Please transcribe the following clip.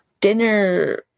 dinner